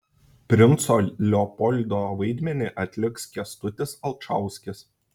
princo leopoldo vaidmenį atliks kęstutis alčauskis